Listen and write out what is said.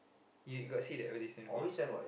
you got see the advertisement before or not